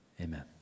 amen